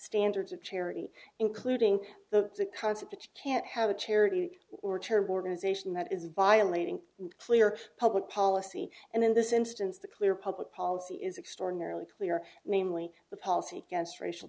standards of charity including the concept that you can't have a charity or term organization that is violating clear public policy and in this instance the clear public policy is extraordinarily clear namely the policy against racial